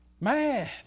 Mad